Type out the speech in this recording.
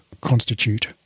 constitute